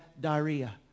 diarrhea